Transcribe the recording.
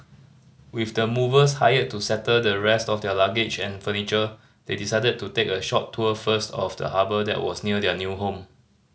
with the movers hired to settle the rest of their luggage and furniture they decided to take a short tour first of the harbour that was near their new home